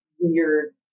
weird